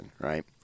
right